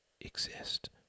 exist